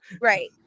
right